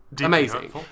Amazing